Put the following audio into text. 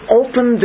open